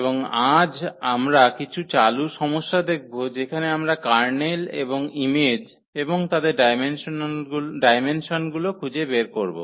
এবং আজ আমরা কিছু চালু সমস্যা দেখব যেখানে আমরা কার্নেল এবং ইমেজ এবং তাদের ডায়মেনসনগুলি খুঁজে বের করব